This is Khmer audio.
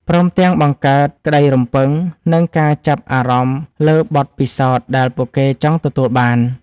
ព្រមទាំងបង្កើតក្តីរំពឹង និងការចាប់អារម្មណ៍លើបទពិសោធន៍ដែលពួកគេចង់ទទួលបាន។